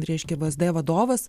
reiškia vsd vadovas